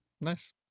Nice